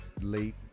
late